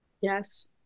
Yes